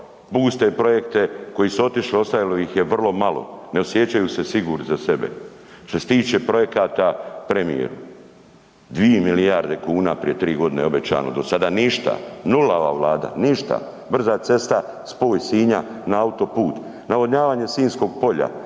puste projekte koji su otišli, ostalo ih je vrlo malo, ne osjećaju se sigurni za sebe. Što se tiče projekata premijeru, 2 milijarde kuna prije tri godine je obećano, do sada ništa, nula ova Vlada, ništa. Brza cesta spoj Sinja na autoput, navodnjavanje Sinjskog polja,